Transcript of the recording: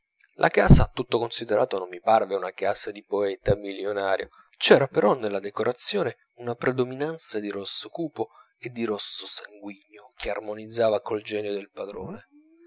la casa tutto considerato non mi parve una casa da poeta milionario c'era però nella decorazione una predominanza di rosso cupo e di rosso sanguigno che armonizzava col genio del padrone